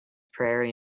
prairie